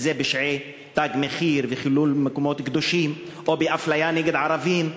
אם זה פשעי "תג מחיר" וחילול מקומות קדושים או אפליה נגד ערבים,